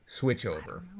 switchover